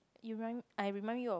you remind m~ I remind you of